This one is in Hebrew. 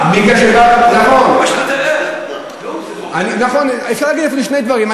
גרם, נכון, אפשר להגיד שני דברים.